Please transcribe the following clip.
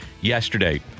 yesterday